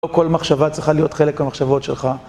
לא כל מחשבה צריכה להיות חלק מהמחשבות שלך